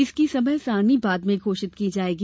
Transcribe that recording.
इसकी समय सारणी बाद में घोषित की जायेगी